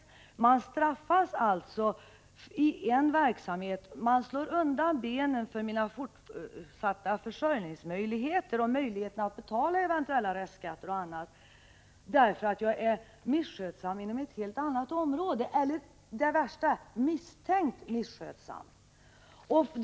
Jag kan straffas i en verksamhet — man slår undan grundvalarna för min fortsatta försörjning och möjlighet att betala eventuella restskatter och annat — därför att jag är misskötsam inom ett helt annat område eller, vilket är det värsta, är misstänkt för att vara misskötsam.